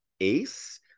ace